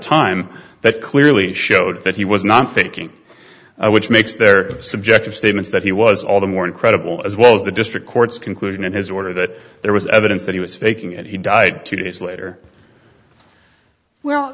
time that clearly showed that he was not faking which makes their subjective statements that he was all the more incredible as well as the district court's conclusion in his order that there was evidence that he was faking and he died two days later well